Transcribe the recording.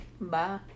Bye